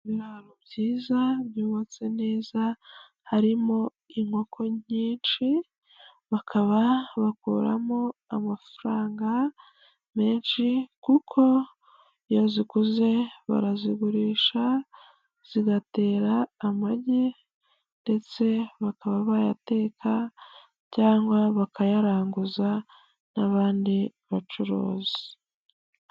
Ibiraro byiza byubatse neza, harimo inkoko nyinshi, bakaba bakuramo amafaranga menshi kuko yaziguze barazigurisha zigatera amagi ndetse bakaba bayateka cyangwa bakayaranguza n'abandi bacuruzi.